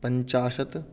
पञ्चाशत्